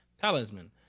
Talisman